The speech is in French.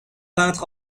peintre